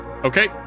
Okay